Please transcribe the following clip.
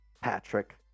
Patrick